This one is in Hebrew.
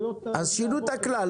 "טויוטה" --- אז שינו את הכלל.